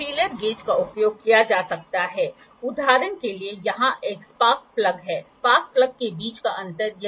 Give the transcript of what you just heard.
तो जैसा कि आप जानते हैं एक स्पिरिट एक एंग्युलर मेज़रमेंटने वाला उपकरण है जिसमें बबल हमेशा कांच की शीशी के उच्चतम बिंदु तक जाता है